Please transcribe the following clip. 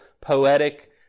poetic